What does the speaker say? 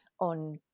on